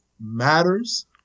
matters